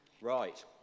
Right